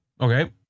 Okay